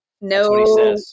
No